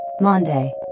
Monday